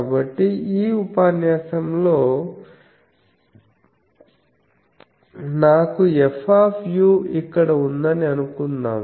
కాబట్టి ఈ ఉపన్యాసంలో నాకు F ఇక్కడ ఉందని అనుకుందాం